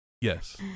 Yes